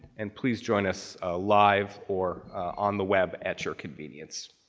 and please join us ah live or on the web at your convenience.